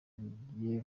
bigiye